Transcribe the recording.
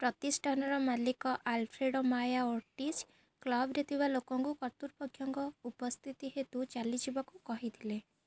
ପ୍ରତିଷ୍ଠାନର ମାଲିକ Alfredo Maya Ortiz କ୍ଲବ୍ରେ ଥିବା ଲୋକଙ୍କୁ କର୍ତ୍ତୃପକ୍ଷଙ୍କ ଉପସ୍ଥିତି ହେତୁ ଚାଲିଯିବାକୁ କହିଥିଲେ